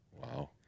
Wow